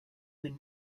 when